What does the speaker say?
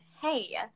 Hey